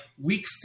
week